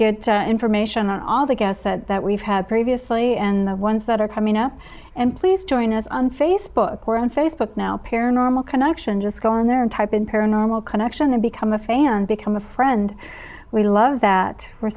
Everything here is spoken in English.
get information on all the guests that that we've had previously and the ones that are coming up and please join us on facebook or on facebook now paranormal connection just go in there and type in paranormal connection to become a fan become a friend we love that we're